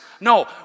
No